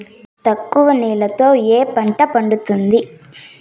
తక్కువ నీళ్లతో ఏ పంట పండుతుంది?